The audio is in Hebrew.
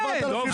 בסדר.